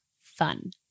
fun